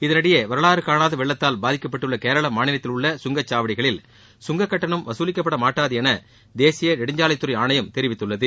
இதனிடையே வரலாறு காணாத வெள்ளத்தால் பாதிக்கப்பட்டுள்ள கேரள மாநிலத்தில் உள்ள கங்கச்சாவடிகளில் கங்கக்கட்டணம் வகுலிக்கப்பட மாட்டாது என்று தேசிய நெடுஞ்சாவைத்துறை ஆணையம் தெரிவித்துள்ளது